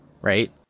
right